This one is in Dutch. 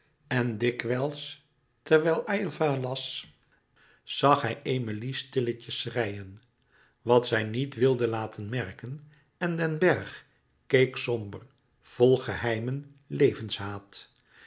en dikwijls terwijl aylva las zag hij emilie stilletjes schreien wat zij niet wilde laten merken en den bergh keek somber vol geheimen levenshaat